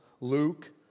Luke